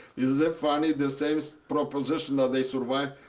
isn't that funny? the same proposition that they survive.